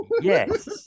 Yes